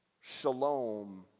Shalom